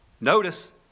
Notice